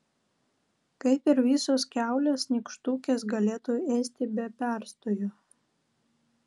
kaip ir visos kiaulės nykštukės galėtų ėsti be perstojo